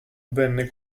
venne